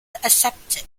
accepted